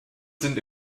sind